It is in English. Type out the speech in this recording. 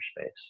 space